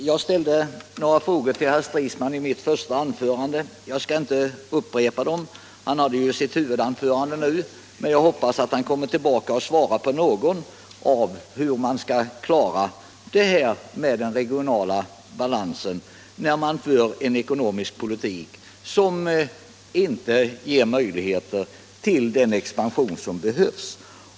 Herr talman! Jag ställde i mitt första anförande några frågor till herr Stridsman. Jag skall inte upprepa dem; han höll ju sitt huvudanförande nu. Men jag hoppas att han kommer tillbaka och svarar på hur man skall klara den regionala balansen med en ekonomisk politik som inte ger möjligheter till den expansion som behövs.